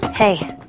Hey